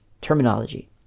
terminology